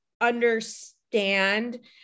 understand